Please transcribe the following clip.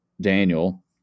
Daniel